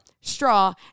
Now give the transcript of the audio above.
straw